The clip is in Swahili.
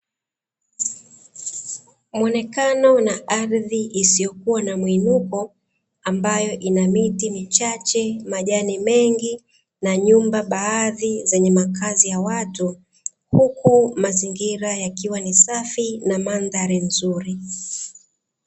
Muonekano na ardhi isiyokuwa na mwinuko ambayo inamiti michache majani mengi, na nyumba baadhi zenye makazi ya watu huku mazingira yakiwa ni safi na mandhari nzuri.